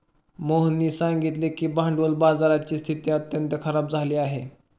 मोहननी सांगितले की भांडवल बाजाराची स्थिती अत्यंत खराब झाली आहे